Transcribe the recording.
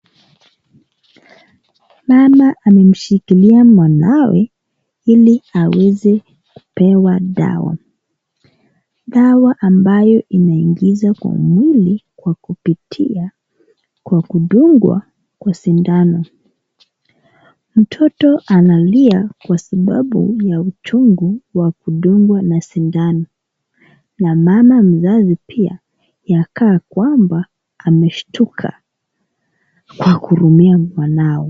Mama amemshikilia mwanawe ili aweze kupewa dawa. Dawa ambayo inaingizwa kwa mwili kwa kupitia kwa kudungwa kwa sindano. Mtoto analia kwa sababu ya uchungu wa kudungwa na sindano na mama mzazi pia yakaa kwamba ameshtuka na kuhurumia mwanawe.